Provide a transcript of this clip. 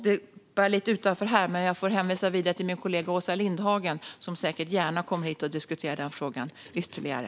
Detta bär lite utanför, men jag hänvisar vidare till min kollega Åsa Lindhagen, som säkert gärna kommer hit och diskuterar denna fråga ytterligare.